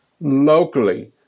locally